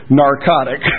narcotic